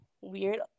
weird